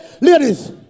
ladies